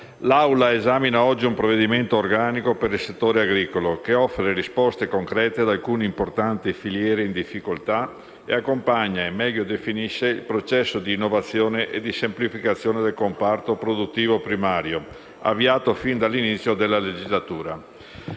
l'Assemblea esamina oggi un provvedimento organico per il settore agricolo, che offre risposte concrete ad alcune importanti filiere in difficoltà e accompagna e meglio definisce il processo di innovazione e semplificazione del comparto produttivo primario, avviato fin dall'inizio della legislatura.